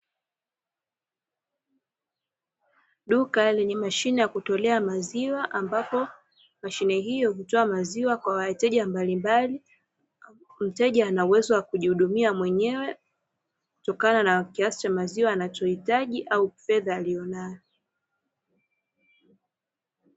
Duka lenye mashine ya kutolea maziwa, ambapo mashine hiyo hutoa maziwa kwa wateja mbalimbali, mteja ana uwezo wa kujihudumia mwenyewe, kutokana na kiasi cha maziwa anachohitaji au fedha aliyonayo.